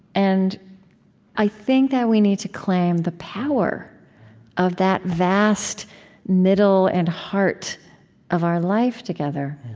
and i think that we need to claim the power of that vast middle and heart of our life together